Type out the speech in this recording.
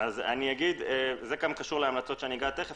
זה קשור להמלצות שתכף אגע בהם.